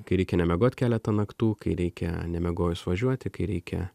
kai reikia nemiegot keletą naktų kai reikia nemiegojus važiuoti kai reikia